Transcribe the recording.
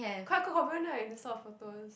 quite common right in this sort of photos